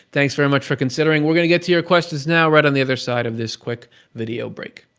thanks very much for considering. we're going to get to your questions now right on the other side of this quick video break.